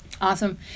Awesome